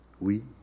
Oui